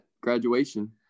graduation